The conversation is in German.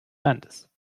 landes